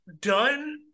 done